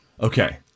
Okay